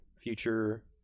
future